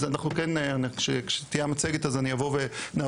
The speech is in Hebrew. אז אנחנו כשתהיה המצגת אז אני אבוא ונעבור,